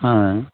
হ্যাঁ